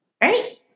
right